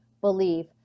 believe